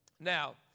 Now